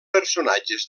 personatges